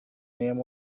name